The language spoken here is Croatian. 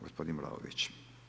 Gospodin Vlaović.